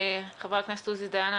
חבר הכנסת עוזי דיין,